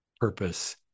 purpose